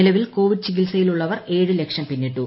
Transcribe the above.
നിലവിൽ കോവിഡ് ചികിത്സയിലുള്ളവർ ഏഴ് ലക്ഷം പിന്നിട്ടു